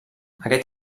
aquest